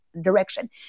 direction